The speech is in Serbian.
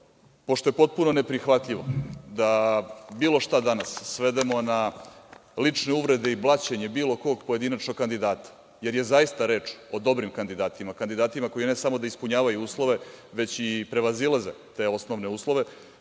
pošto je potpuno neprihvatljivo da bilo šta danas svedemo na lične uvrede i blaćenje bilo kog pojedinačnog kandidata, jer je zaista reč o dobrim kandidatima, kandidatima koji ne samo da ispunjavaju uslove, već i prevazilaze te osnovne uslove. Želeo